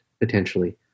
potentially